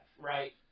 right